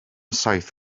saith